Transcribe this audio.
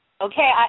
Okay